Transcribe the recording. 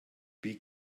wie